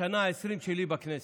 בשנה ה-20 שלי בכנסת,